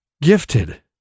gifted